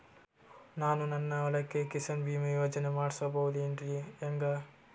ನಾನು ನನ್ನ ಹೊಲಕ್ಕ ಕಿಸಾನ್ ಬೀಮಾ ಯೋಜನೆ ಮಾಡಸ ಬಹುದೇನರಿ ಹೆಂಗ?